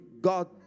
God